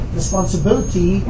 responsibility